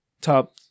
Top